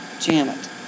Janet